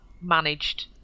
managed